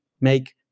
make